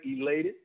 elated